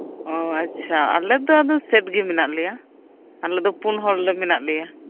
ᱚᱻ ᱟᱪ ᱪᱷᱟ ᱟᱞᱮ ᱫᱚ ᱟᱫᱚ ᱥᱮᱴ ᱜᱮ ᱢᱮᱱᱟᱜ ᱞᱮᱭᱟ ᱟᱞᱮ ᱫᱚ ᱯᱩᱱ ᱦᱚᱲ ᱞᱮ ᱢᱮᱱᱟᱜ ᱞᱮᱭᱟ